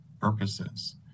purposes